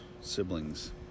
siblings